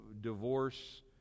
divorce